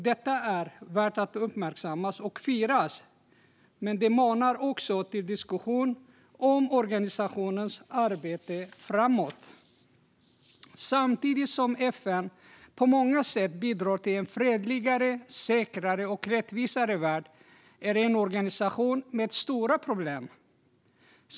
Det är värt att uppmärksamma och fira, men det manar också till diskussion om organisationens arbete framåt. Samtidigt som FN på många sätt bidrar till en fredligare, säkrare och rättvisare värld är det en organisation med stora problem.